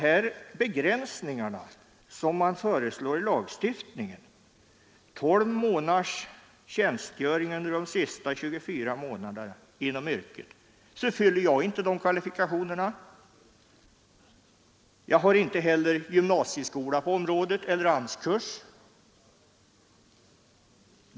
Med de begränsningar som föreslås i propositionen till lagstiftningen — 12 månaders tjänstgöring under de senaste 24 månaderna inom yrket — fyller jag inte kravet på kvalifikationer. Jag har inte heller utbildning till sådant arbete inom gymnasieskola eller genom AMS-kurs.